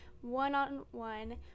one-on-one